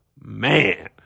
man